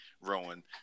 Rowan